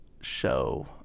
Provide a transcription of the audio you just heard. show